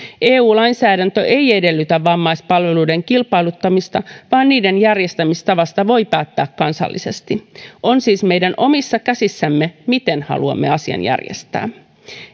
eu lainsäädäntö ei edellytä vammaispalveluiden kilpailuttamista vaan niiden järjestämistavasta voi päättää kansallisesti on siis meidän omissa käsissämme miten haluamme asian järjestää